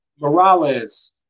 Morales